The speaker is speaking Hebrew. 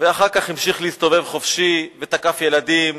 ואחר כך המשיך להסתובב חופשי ותקף ילדים